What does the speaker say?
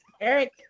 Eric